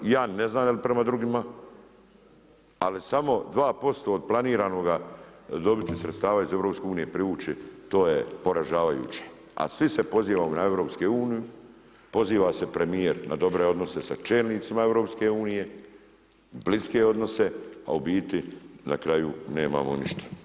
I ja ne znam je li prema drugima ali samo 2% od planiranoga dobiti sredstava iz EU privući to je poražavajuće a svi se pozivamo na EU, poziva se premijer na dobre odnose sa čelnicima EU, bliske odnose a u biti na kraju nemamo ništa.